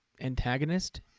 antagonist